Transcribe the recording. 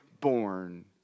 born